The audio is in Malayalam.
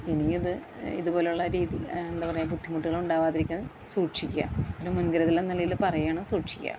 ഇനിയത് ഇത് പോലെയുള്ള രീതി ന്താണ് പറയുക ബുദ്ധിമുട്ടുകൾ ഉണ്ടാകാതിരിക്കാൻ സൂക്ഷിക്കുക ഒരു മുൻകരുതൽ എന്ന നിലയിൽ പറയുകയാണ് സൂക്ഷിക്കുക